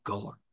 God